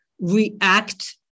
react